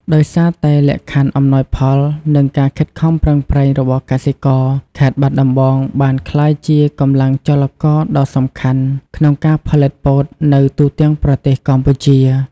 ដោយសារតែលក្ខខណ្ឌអំណោយផល និងការខិតខំប្រឹងប្រែងរបស់កសិករ ខេត្តបាត់ដំបងបានក្លាយជាកម្លាំងចលករដ៏សំខាន់ក្នុងការផលិតពោតនៅទូទាំងប្រទេសកម្ពុជា។